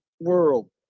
world